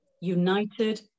united